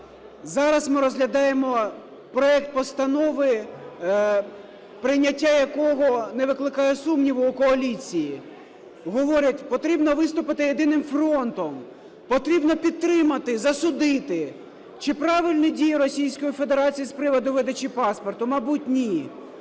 Зараз ми розглядаємо проект постанови, прийняття якого не викликає сумніву у коаліції. Говорять: потрібно виступити єдиним фронтом, потрібно підтримати, засудити. Чи правильні дії Російської Федерації з приводу видачі паспортів? Мабуть, ні.